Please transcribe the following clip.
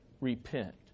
Repent